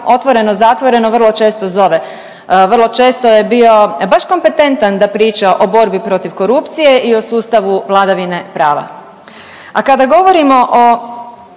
Otvoreno, zatvoreno vrlo često zove. Vrlo često je bio baš kompetentan da priča o borbi protiv korupcije i o sustavu vladavine prava. A kada govorimo o